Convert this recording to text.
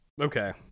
Okay